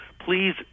please